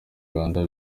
rwanda